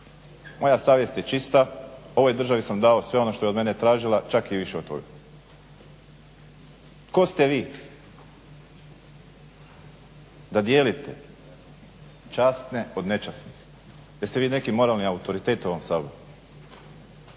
Moja savjest je čista, ovoj državi sam dao sve ono što je od mene tražila, čak i više od toga. Tko ste vi da dijelite časne od nečasnih, jeste vi neki moralni autoritet u ovom Saboru?